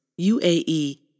UAE